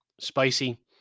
spicy